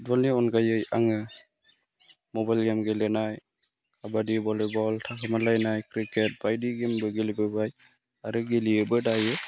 फुटबलनि अनगायै आङो मबाइल गेम गेलेनाय खाबादि भलिबल थाखोमालायनाय क्रिकेट बायदि गेमबो गेलेबोबाय आरो गेलेयोबो दायो